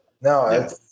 No